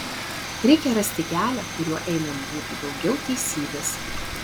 reikia rasti kelią kuriuo einant būtų daugiau teisybės